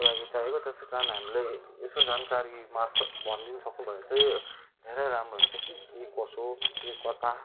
को लागि चाहिएको त्यसै कारण हामीले यसो जानकारीमार्फत भनिदिनु सक्नुभए चाहिँ धेरै राम्रो हुन्थ्यो कि के कसो के कता